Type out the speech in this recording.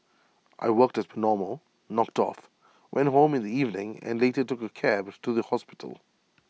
I worked as per normal knocked off went home in the evening and later took A cab to the hospital